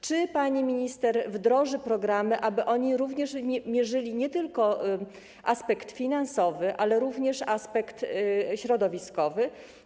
Czy pani minister wdroży programy, aby oni mierzyli nie tylko aspekt finansowy, ale również aspekt środowiskowy?